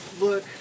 look